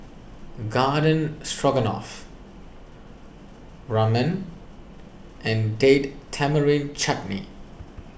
Garden Stroganoff Ramen and Date Tamarind Chutney